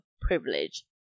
privilege